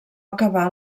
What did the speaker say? acabà